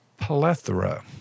plethora